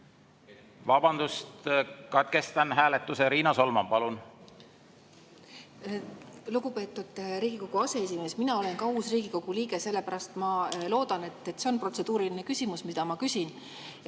Vabandust, katkestan hääletuse! Riina Solman, palun! Lugupeetud Riigikogu aseesimees! Mina olen ka uus Riigikogu liige, sellepärast ma loodan, et see on protseduuriline küsimus, mida ma küsin.